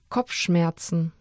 Kopfschmerzen